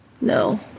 No